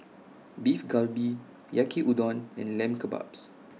Beef Galbi Yaki Udon and Lamb Kebabs